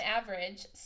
average